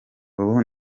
ubu